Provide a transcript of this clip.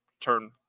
turn